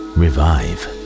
revive